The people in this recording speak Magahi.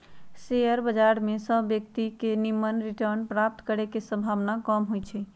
शेयर बजार में सभ व्यक्तिय के निम्मन रिटर्न प्राप्त करे के संभावना कम होइ छइ